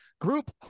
group